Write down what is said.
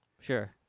Sure